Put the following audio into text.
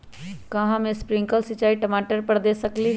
का हम स्प्रिंकल सिंचाई टमाटर पर दे सकली ह?